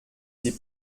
ses